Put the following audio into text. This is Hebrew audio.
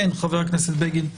בבקשה, חבר הכנסת בגין.